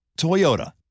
Toyota